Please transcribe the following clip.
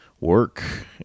work